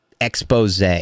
expose